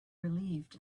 relieved